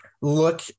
look